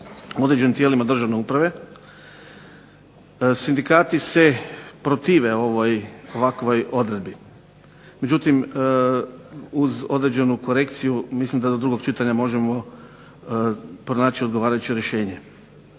određenim tijelima državne uprave. Sindikati se protive ovoj ovakvoj odredbi. Međutim, uz određenu korekciju mislim da do drugog čitanja možemo pronaći odgovarajuće rješenje.